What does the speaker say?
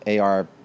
AR